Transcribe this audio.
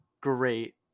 great